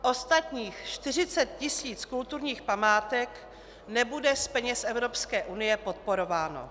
Ostatních 40 tis. kulturních památek nebude z peněz Evropské unie podporováno.